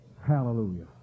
hallelujah